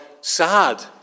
sad